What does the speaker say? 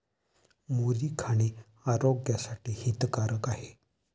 मुरी खाणे आरोग्यासाठी हितकारक आहे